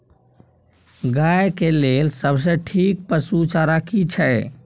गाय के लेल सबसे ठीक पसु चारा की छै?